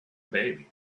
baby